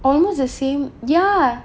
almost the same ya